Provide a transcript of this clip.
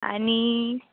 आनी